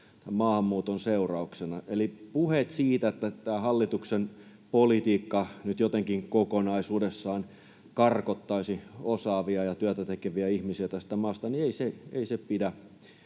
maahanmuuton seurauksena. Eli puheet siitä, että tämä hallituksen politiikka nyt jotenkin kokonaisuudessaan karkottaisi osaavia ja työtä tekeviä ihmisiä tästä maasta, eivät pidä